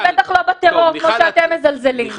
ובטח לא בטרור כמו שאתם מזלזלים.